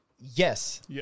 Yes